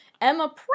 Emma